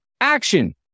action